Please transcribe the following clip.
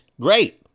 great